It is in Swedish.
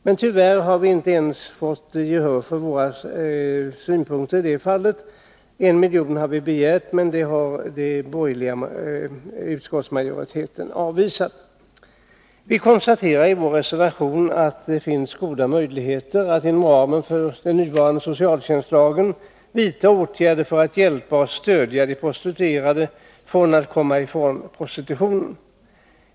Men vi har tyvärr inte fått gehör för våra synpunkter ens i det fallet. Vi har begärt 1 milj.kr., men det förslaget har den borgerliga utskottsmajoriteten avvisat. Vi konstaterar i vår reservation att det finns goda möjligheter att inom ramen för den nuvarande socialtjänstlagen vidta åtgärder för att hjälpa och stödja de prostituerade att komma ifrån prostitutionen.